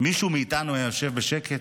מישהו מאיתנו היה יושב בשקט?